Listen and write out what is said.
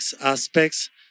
aspects